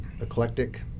eclectic